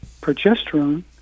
progesterone